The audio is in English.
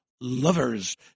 lovers